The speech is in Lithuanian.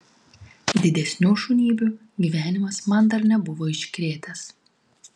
didesnių šunybių gyvenimas man dar nebuvo iškrėtęs